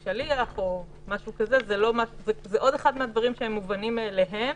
זה עוד אחד מהדברים שהם מובנים מאליהם,